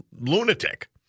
lunatic